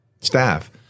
staff